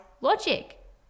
logic